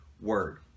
word